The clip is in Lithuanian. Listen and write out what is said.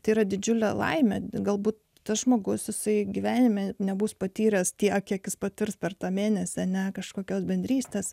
tai yra didžiulė laimė galbūt tas žmogus visai gyvenime nebus patyręs tiek kiek jis patirs per tą mėnesį ne kažkokios bendrystės